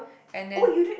and then